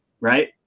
right